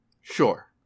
sure